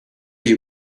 you